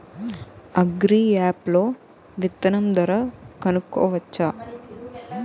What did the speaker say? Agri app లో విత్తనం ధర కనుకోవచ్చా?